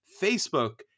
Facebook